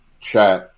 Chat